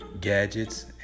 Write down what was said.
gadgets